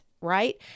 right